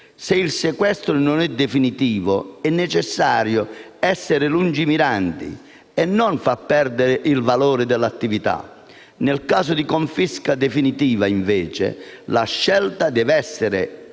Se il sequestro non è definitivo è necessario essere lungimiranti e non far perdere di valore l'attività. Nel caso di confisca definitiva, invece, la scelta deve essere